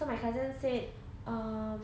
so my cousin said uh